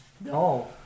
no